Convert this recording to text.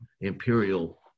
imperial